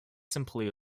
simply